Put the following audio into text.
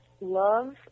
love